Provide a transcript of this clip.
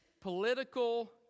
political